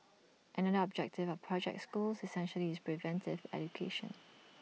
another objective of project schools essentially is preventive education